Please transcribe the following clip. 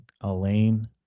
Elaine